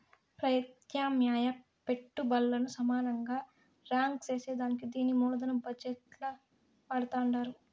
పెత్యామ్నాయ పెట్టుబల్లను సమానంగా రాంక్ సేసేదానికే దీన్ని మూలదన బజెట్ ల వాడతండారు